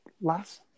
last